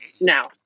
now